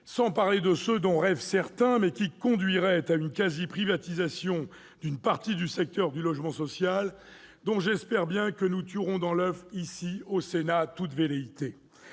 sans parler de ceux dont rêvent certains, mais qui conduiraient à une quasi-privatisation d'une partie du secteur du logement social, dont j'espère bien que nous tuerons dans l'oeuf, ici, au Sénat, toute velléité.